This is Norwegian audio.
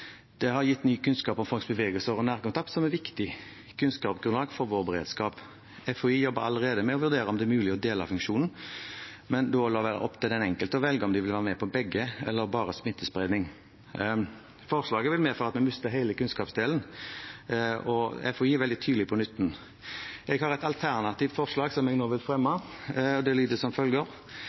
har hatt nytte av. Den har gitt ny kunnskap om folks bevegelser og nærkontakt som er viktig kunnskapsgrunnlag for vår beredskap. FHI jobber allerede med å vurdere om det er mulig å dele funksjonen, men bør la det være opp til den enkelte å velge om de vil være med på begge eller bare smittesporing. Forslaget vil medføre at en mister hele kunnskapsdelen, og FHI er veldig tydelig på nytten. Jeg har et alternativt forslag som jeg nå vil fremme. Det lyder som følger: